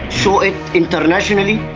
show it internationally,